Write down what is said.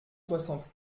soixante